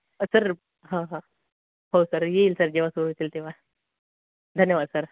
sir हां हां हो सर येईल सर जेव्हा सुरूअसेल तेव्हा धन्यवाद सर